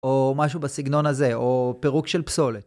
או משהו בסגנון הזה, או פירוק של פסולת.